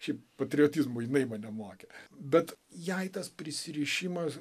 šiaip patriotizmo jinai mane mokė bet jai tas prisirišimas